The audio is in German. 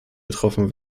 getroffen